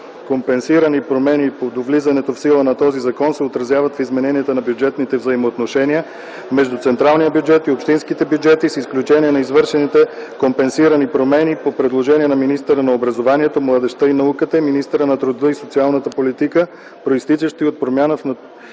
компенсирани промени до влизането в сила на този закон, се отразяват в изменение на бюджетните взаимоотношения между централния бюджет и общинските бюджети, с изключение на извършените компенсирани промени по предложение на министъра на образованието, младежта и науката и министъра на труда и социалната политика, произтичащи от промяна в натуралните